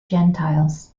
gentiles